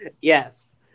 Yes